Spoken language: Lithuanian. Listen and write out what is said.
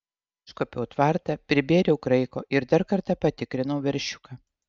iškuopiau tvartą pribėriau kraiko ir dar kartą patikrinau veršiuką